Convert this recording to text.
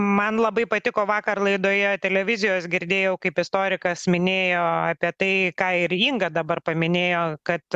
man labai patiko vakar laidoje televizijos girdėjau kaip istorikas minėjo apie tai ką ir inga dabar paminėjo kad